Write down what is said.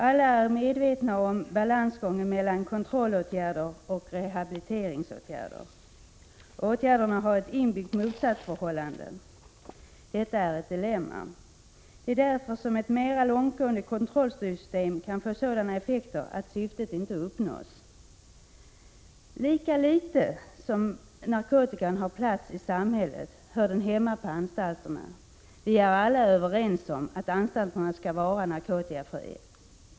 Alla är medvetna om balansgången mellan kontrollåtgärder och rehabiliteringsåtgärder. Åtgärderna har ett inbyggt motsatsförhållande. Detta är ett dilemma. Det är därför som ett mera långtgående kontrollsystem kan få sådana effekter att syftet inte uppnås. Lika litet som narkotikan har plats i samhället, hör den hemma på anstalterna. Vi är alla överens om att anstalterna skall vara narkotikafria.